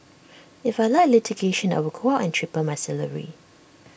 if I liked litigation I would go out and triple my salary